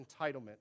entitlement